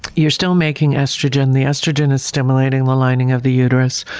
you're still making estrogen, the estrogen is stimulating the lining of the uterus,